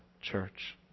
Church